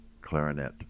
clarinet